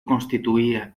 constituía